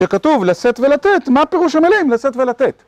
שכתוב לשאת ולתת מה פירוש המילים לשאת ולתת